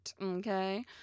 Okay